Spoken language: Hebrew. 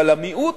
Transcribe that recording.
אבל המיעוט,